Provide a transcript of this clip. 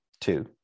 two